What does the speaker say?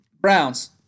Browns